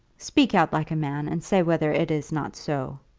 speak out like a man, and say whether it is not so?